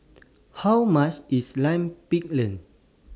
How much IS Lime Pickle